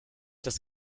das